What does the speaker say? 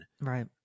Right